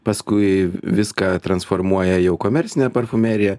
paskui viską transformuoja jau komercinė parfumerija